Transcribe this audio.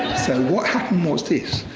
so what happened was this.